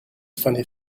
funny